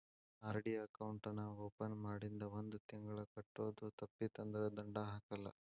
RD account ನಾ open ಮಾಡಿಂದ ಒಂದ್ ತಿಂಗಳ ಕಟ್ಟೋದು ತಪ್ಪಿತಂದ್ರ ದಂಡಾ ಹಾಕಲ್ಲ